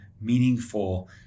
meaningful